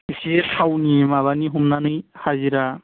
एसे थावनि माबानि हमनानै हाजिरा